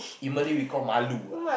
in Malay we call Malu ah